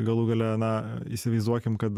galų gale na įsivaizduokim kad